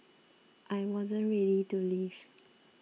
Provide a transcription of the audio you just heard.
I wasn't ready to leave